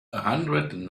hundred